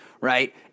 right